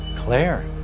Claire